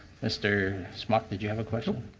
mister smock, did you have a question?